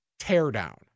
teardown